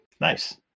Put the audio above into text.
Nice